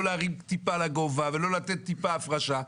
להרים טיפה לגובה ולא לתת טיפה הפרשה,